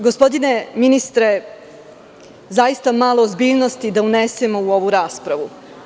Gospodine ministre, zaista malo ozbiljnosti da unesemo u ovu raspravu.